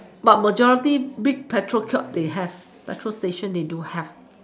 but majority big petrol kiosk they have petrol station they do have